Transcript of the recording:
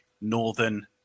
northern